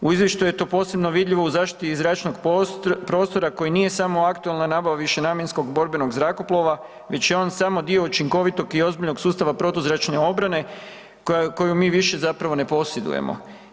U izvještaju je to posebno vidljivo u zaštiti iz zračnog prostora koji nije samo aktualna nabava višenamjenskog borbenog zrakoplova, već je on samo dio učinkovitog i ozbiljnog sustava protuzračne obrane koja, koju mi više zapravo ne posjedujemo.